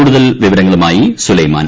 കൂടുതൽ വിവരങ്ങളുമായി സുലൈമാൻ